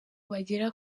bagera